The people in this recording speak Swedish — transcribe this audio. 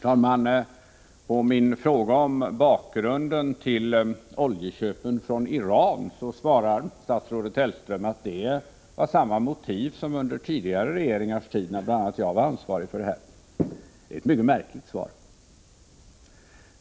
Herr talman! På min fråga om bakgrunden till oljeköpen från Iran svarar statsrådet Hellström att det var samma motiv som under tidigare regeringars tid, när bl.a. jag var ansvarig. Det är ett mycket märkligt svar.